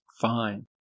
fine